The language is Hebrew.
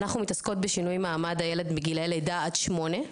אנחנו מתעסקות בשינוי מעמד הילד מגילאי לידה עד שמונה,